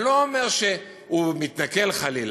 אני לא אומר שהוא מתנכל, חלילה.